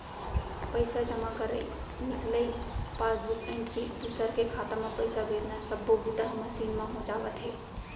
पइसा जमा करई, निकलई, पासबूक एंटरी, दूसर के खाता म पइसा भेजना सब्बो बूता ह मसीन म हो जावत हे